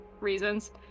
reasons